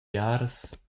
biaras